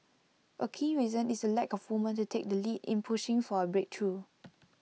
A key reason is the lack of women to take the lead in pushing for A breakthrough